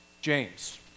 James